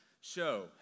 show